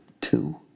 two